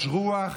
יש רוח